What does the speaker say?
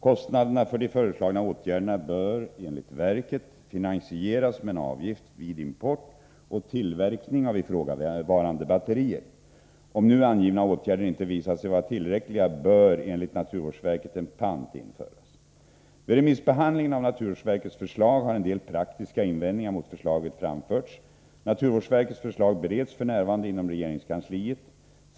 Kostnaderna för de föreslagna åtgärderna bör enligt verket finansieras med en avgift vid import och tillverkning av ifrågavarande batterier. Om nu angivna åtgärder inte visar sig vara tillräckliga, bör enligt naturvårdsverket en pant införas. Vid remissbehandlingen av naturvårdsverkets förslag har en del praktiska invändningar mot förslaget framförts. Naturvårdsverkets förslag bereds f. n. inom regeringskansliet.